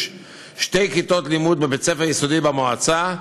שתי כיתות לימוד בבית-הספר היסודי במועצה,